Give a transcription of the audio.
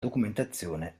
documentazione